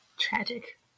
Tragic